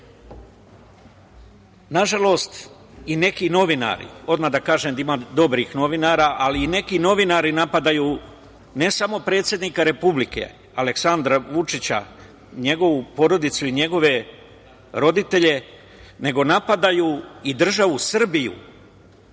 Nažalost, i neki novinari, odmah da kažem da ima dobrih novinara, ali i neki novinari napadaju, ne samo predsednika Republike, Aleksandra Vučića, njegovu porodicu i njegove roditelje, nego napadaju i državu Srbiju